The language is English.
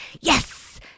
yes